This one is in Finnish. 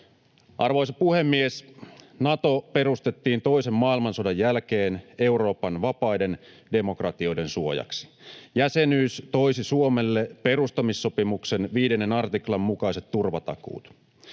Arvoisa puhemies! Nato perustettiin toisen maailmansodan jälkeen Euroopan vapaiden demokratioiden suojaksi. Jäsenyys toisi Suomelle perustamissopimuksen 5 artiklan mukaiset turvatakuut.